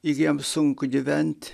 i kai jam sunku gyvent